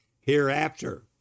hereafter